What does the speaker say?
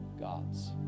God's